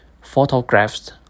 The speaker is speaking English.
Photographs